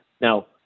now